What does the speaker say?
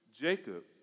Jacob